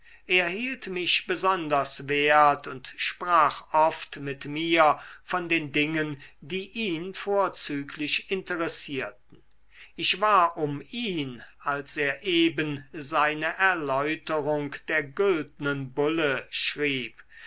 hielt mich besonders wert und sprach oft mit mir von den dingen die ihn vorzüglich interessierten ich war um ihn als er eben seine erläuterung der güldnen bulle schrieb